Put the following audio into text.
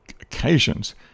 occasions